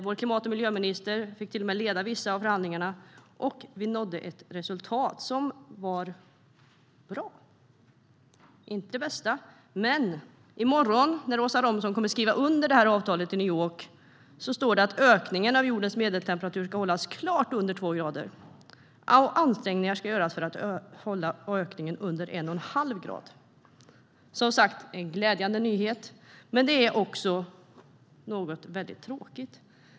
Vår klimat och miljöminister fick till och med leda vissa av förhandlingarna, och vi nådde ett resultat som var bra, men inte det bästa. I morgon när Åsa Romson kommer att skriva under avtalet i New York står det att ökningen av jordens medeltemperatur ska hållas klart under två grader och att ansträngningar ska göras för att hålla ökningen under en och en halv grad. Det är som sagt en glädjande nyhet. Men det är också något väldigt tråkigt.